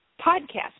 podcast